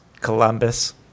Columbus